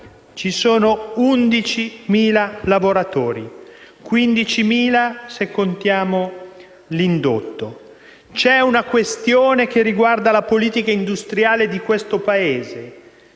Ci sono 11.000 lavoratori, 15.000 se contiamo l'indotto. C'è una questione che riguarda la politica industriale di questo Paese.